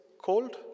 cold